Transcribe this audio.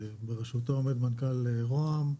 שבראשותו עומד מנכ"ל ראש הממשלה,